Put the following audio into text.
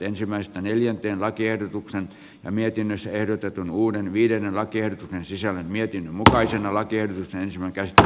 käsittelyn pohjana on mietinnössä ehdotetaan uuden viiden hakijan sisällä mietin mutkaisen alan tiedotus ryhm äkästä